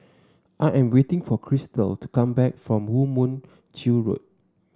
I am waiting for Cristal to come back from Woo Mon Chew Road